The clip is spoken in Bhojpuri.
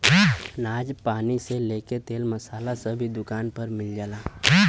अनाज पानी से लेके तेल मसाला सब इ दुकान पर मिल जाला